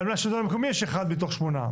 גם לשלטון המקומי יש אחד מתוך שמונה.